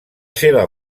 seva